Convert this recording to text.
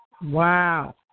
Wow